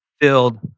filled